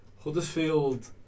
Huddersfield